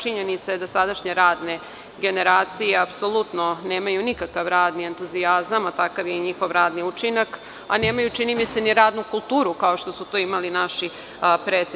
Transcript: Činjenica je da sadašnje radne generacije apsolutno nemaju nikakav radni entuzijazam, a takav je i njihov radni učinak, a nemaju, čini mi se, ni radnu kulturu kao što su to imali naši preci.